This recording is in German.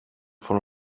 von